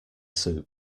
soup